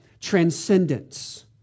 transcendence